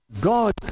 God